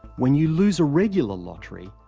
when you loose a regular lottery,